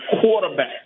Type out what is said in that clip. quarterback